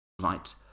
right